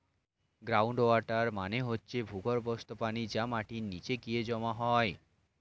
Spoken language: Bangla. গ্রাউন্ড ওয়াটার মানে হচ্ছে ভূগর্ভস্থ পানি যা মাটির নিচে গিয়ে জমা হয়